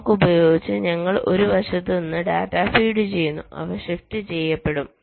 clock ഉപയോഗിച്ച് ഞങ്ങൾ ഒരു വശത്ത് നിന്ന് ഡാറ്റ ഫീഡ് ചെയ്യുന്നു അവ ഷിഫ്റ്റ് ചെയ്യപ്പെടും